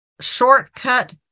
Shortcut